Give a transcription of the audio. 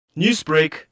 Newsbreak